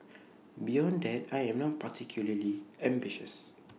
beyond that I am not particularly ambitious